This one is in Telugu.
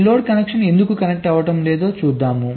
ఈ లోడ్ కనెక్షన్ ఎందుకు కనెక్ట్ అవ్వడం లేదో చూద్దాం